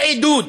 בעידוד,